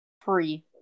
Free